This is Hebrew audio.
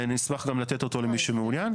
אני אשמח גם לתת אותו למי שמעוניין.